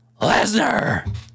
Lesnar